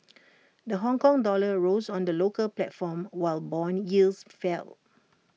the Hongkong dollar rose on the local platform while Bond yields fell